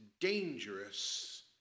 dangerous